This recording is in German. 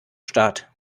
staat